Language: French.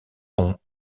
sont